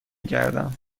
گردم